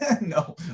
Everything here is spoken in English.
No